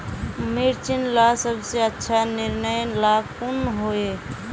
मिर्चन ला सबसे अच्छा निर्णय ला कुन होई?